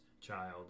child